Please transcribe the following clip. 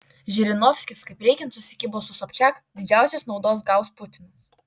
žirinovskis kaip reikiant susikibo su sobčiak didžiausios naudos gaus putinas